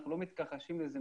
אנחנו לא מתכחשים לזה.